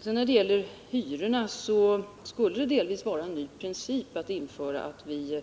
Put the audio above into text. Vad sedan gäller finansieringsfrågan skulle det innebära att vi införde en ny princip, om vi